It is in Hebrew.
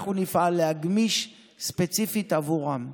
ואנחנו נפעל להגמיש ספציפית בעבורם.